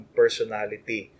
personality